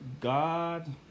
God